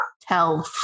tell